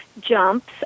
jumps